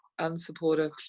unsupportive